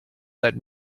that